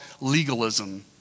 legalism